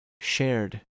shared